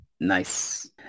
Nice